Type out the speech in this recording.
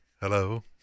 Hello